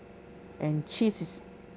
and cheese is